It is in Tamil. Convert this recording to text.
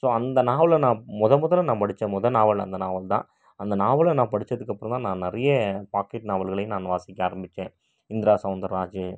ஸோ அந்த நாவலை நான் மொதல் முதல்ல நான் படித்த மொதல் நாவல் அந்த நாவல் தான் அந்த நாவலை நான் படிச்சதுக்கு அப்புறம் தான் நான் நிறைய பாக்கெட் நாவல்களையும் நான் வாசிக்க ஆரம்பித்தேன் இந்திரா சௌந்தர் ராஜு